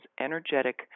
energetic